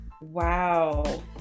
Wow